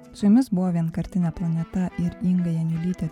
su jumis buvo vienkartinė planeta ir inga janiulytė